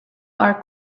are